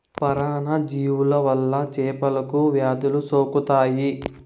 పరాన్న జీవుల వల్ల చేపలకు వ్యాధులు సోకుతాయి